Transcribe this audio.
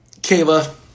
Kayla